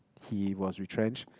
he was retrenched